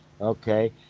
okay